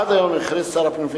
עד היום הכריז שר הפנים,